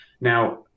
Now